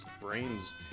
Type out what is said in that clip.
brains